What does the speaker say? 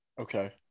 Okay